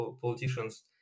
politicians